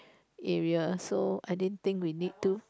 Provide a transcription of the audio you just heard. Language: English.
area so I didn't think we to